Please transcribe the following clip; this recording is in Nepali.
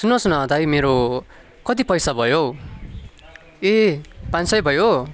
सुन्नुहोस् न दाई मेरो कति पैसा भयो हौ ए पाँच सय भयो